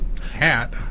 hat